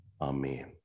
Amen